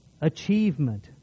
Achievement